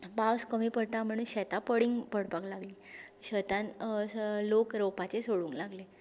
पावस कमी पडटा म्हणू शेतां पडींग पडपाक लागलीं शेतान स लोक रोंवपाचें सोडूंक लागले